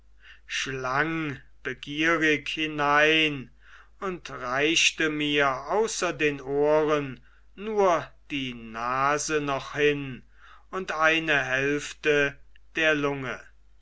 schlang begierig hinein und reichte mir außer den ohren nur die nase noch hin und eine hälfte der lunge